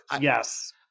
Yes